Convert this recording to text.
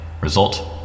Result